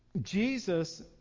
Jesus